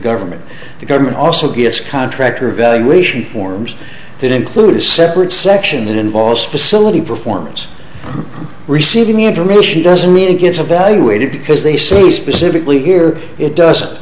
government the government also gets contractor evaluation forms that include a separate section that involves facility performance receiving information doesn't mean it gets evaluated because they say specifically here it doesn't